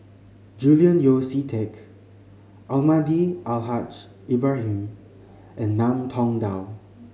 Julian Yeo See Teck Almahdi Al Haj Ibrahim and Ngiam Tong Dow